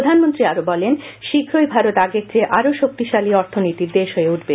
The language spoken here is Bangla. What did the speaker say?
প্রধানমন্ত্রী আরো বলেন শীঘ্রই ভারত আগের চেয়ে আরও শক্তিশালী অর্থনীতির দেশ হয়ে উঠবে